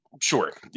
sure